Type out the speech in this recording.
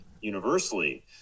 universally